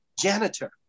janitor